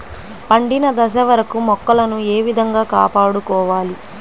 పండిన దశ వరకు మొక్కలను ఏ విధంగా కాపాడుకోవాలి?